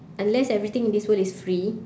unless everything in this world is free